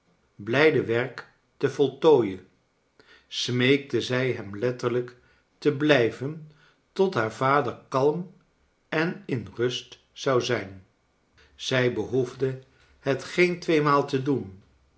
de work te voltooion smeekte zij hem lelterlijk te blijven tot haar vader kalm eu in de rust zou zijn zij behoefde het goen tweemaal te doen